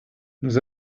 nous